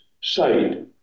site